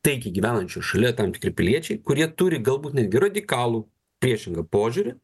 taikiai gyvenančių šalia tam tikri piliečiai kurie turi galbūt netgi radikalų priešingą požiūrį